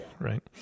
right